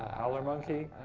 howler monkey.